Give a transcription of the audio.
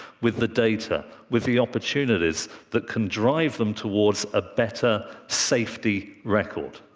with the data, with the opportunities that can drive them towards a better safety record.